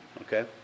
Okay